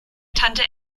tante